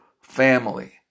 family